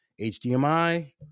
hdmi